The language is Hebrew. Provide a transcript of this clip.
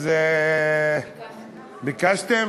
אז ביקשתם?